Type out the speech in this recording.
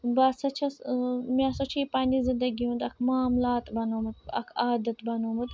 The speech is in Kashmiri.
بہٕ ہَسا چھیٚس ٲں مےٚ ہسا چھُ یہِ پَننہِ زندگی ہُنٛد اکھ معاملات بَنوومُت اکھ عادَت بَنوومُت